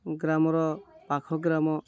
ଗ୍ରାମର ପାଖ ଗ୍ରାମ